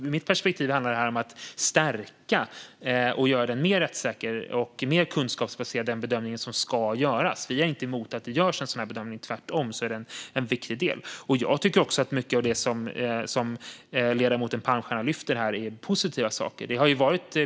I mitt perspektiv handlar det om att stärka processen och göra bedömningen mer rättssäker och kunskapsbaserad. Vi är inte emot att det görs en bedömning, tvärtom. Den är en viktig del. Mycket av det ledamoten Palmstierna lyfter upp är positivt.